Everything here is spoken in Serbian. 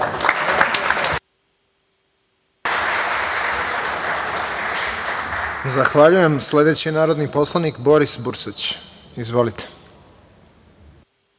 Zahvaljujem. Reč ima narodni poslanik Boris Bursać. Izvolite.